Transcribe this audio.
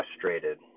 frustrated